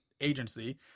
agency